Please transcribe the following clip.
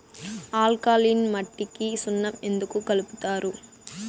alkaline మట్టికి సున్నం ఎందుకు కలుపుతారు